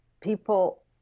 people